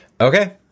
Okay